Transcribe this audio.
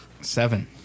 Seven